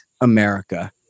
America